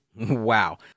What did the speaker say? wow